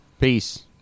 Peace